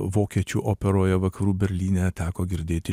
vokiečių operoje vakarų berlyne teko girdėti